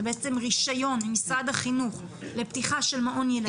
זה בעצם רישיון ממשרד החינוך לפתיחה של מעון ילדים,